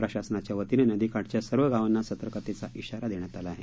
प्रशासनाच्यावतीनं नदी काठच्या सर्व गावांना सतर्कतेचा श्रीारा देण्यात आला आहे